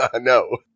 No